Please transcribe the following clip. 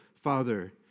Father